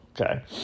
okay